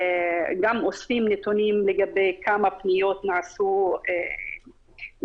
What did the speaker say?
גם אוספים נתונים לגבי כמה פניות נעשו ליועצות,